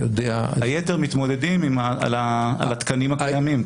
היתר מתמודדים על התקנים הקיימים.